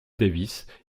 davis